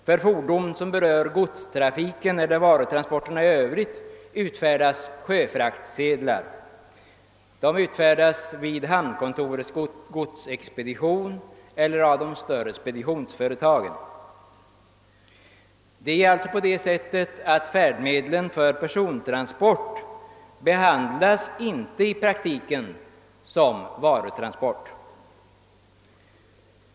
För fordon som berör godstrafiken eller varutransporterna i Övrigt utfärdas sjöfraktsedlar vid hamnkontorets godsexpedition eller av de större speditionsföretagen. Färdmedlen för persontransport behandlas alltså i praktiken inte som varutransport.